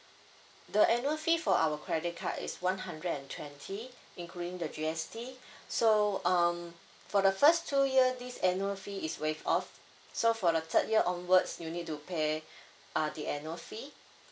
the annual fee for our credit card is one hundred and twenty including the G_S_T so um for the first two year this annual fee is waive off so for the third year onwards you'll need to pay uh the annual fee